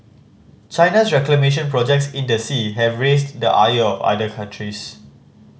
China's reclamation projects in the sea have raised the ire of other countries